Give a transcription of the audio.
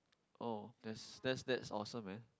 oh that's that's that's awesome man